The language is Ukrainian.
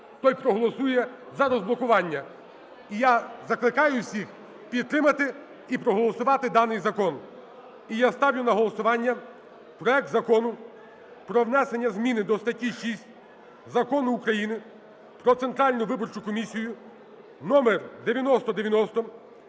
той проголосує за розблокування. І я закликаю всіх підтримати і проголосувати даний закон. І я ставлю на голосування проект Закону про внесення зміни до статті 6 Закону України "Про Центральну виборчу комісію" (номер 9090)